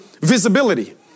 visibility